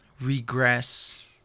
regress